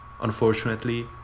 Unfortunately